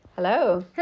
Hello